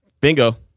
Bingo